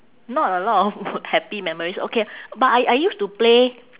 not a lot of happy memories okay but I I used to play